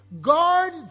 guard